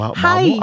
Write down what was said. hi